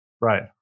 Right